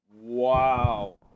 Wow